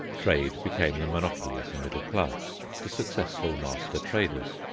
trade became the monopoly of the middle class, the successful master-traders.